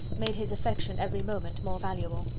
made his affection every moment more valuable.